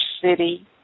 city